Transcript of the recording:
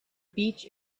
beach